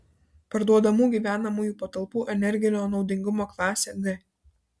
parduodamų gyvenamųjų patalpų energinio naudingumo klasė g